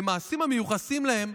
במעשים המיוחסים להם,